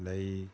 ਲਈ